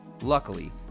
Luckily